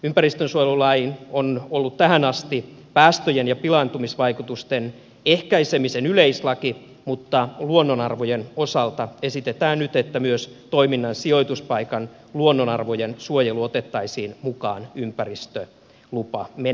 ympäristönsuojelulaki on ollut tähän asti päästöjen ja pilaantumisvaikutusten ehkäisemisen yleislaki mutta luonnonarvojen osalta esitetään nyt että myös toiminnan sijoituspaikan luonnonarvojen suojelu otettaisiin mukaan ympäristölupamenettelyyn